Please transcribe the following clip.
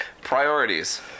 Priorities